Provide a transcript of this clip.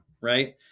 right